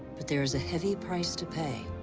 but there is a heavy price to pay.